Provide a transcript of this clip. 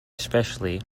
especially